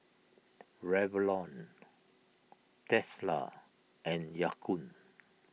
Revlon Tesla and Ya Kun